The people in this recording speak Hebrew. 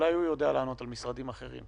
אולי הוא יודע לענות לגבי משרדים אחרים.